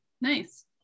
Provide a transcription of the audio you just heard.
nice